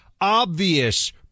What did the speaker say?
obvious